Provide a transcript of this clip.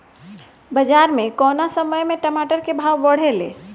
बाजार मे कौना समय मे टमाटर के भाव बढ़ेले?